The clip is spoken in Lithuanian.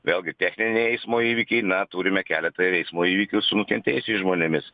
vėlgi techniniai eismo įvykiai na turime keletą ir eismo įvykių su nukentėjusiais žmonėmis